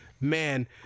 man